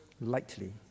lightly